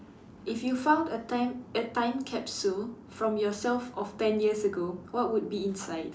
if you found a time a time capsule from yourself of ten years ago what would be inside